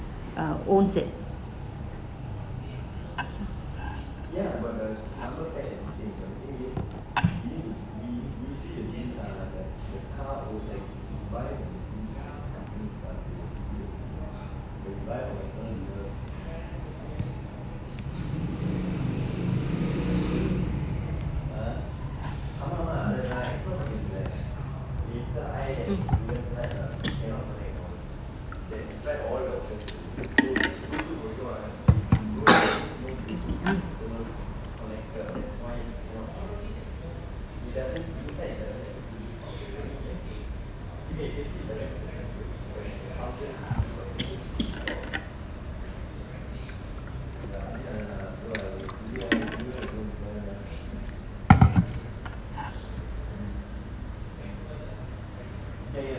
uh owns it